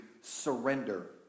surrender